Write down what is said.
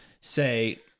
Say